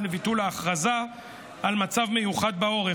עד ביטול ההכרזה על מצב מיוחד בעורף.